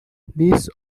these